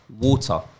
water